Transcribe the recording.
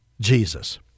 Jesus